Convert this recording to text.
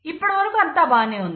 ఇప్పటివరకు అంతా బాగానే ఉంది